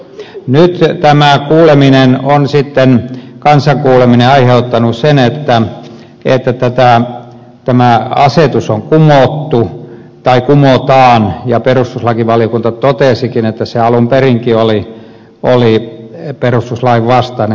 nyt tämä kansan kuuleminen on sitten aiheuttanut sen että tämä asetus on kumottu tai kumotaan ja perustuslakivaliokunta totesikin että se alun perinkin oli perustuslain vastainen